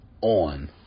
on